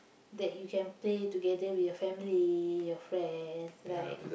that you can play together with your family your friends right